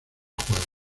juegos